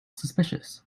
suspicious